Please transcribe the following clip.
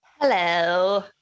Hello